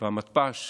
והמתפ"ש